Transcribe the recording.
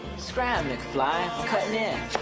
scram mcfly! i'm cutting in.